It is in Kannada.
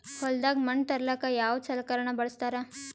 ಹೊಲದಾಗ ಮಣ್ ತರಲಾಕ ಯಾವದ ಸಲಕರಣ ಬಳಸತಾರ?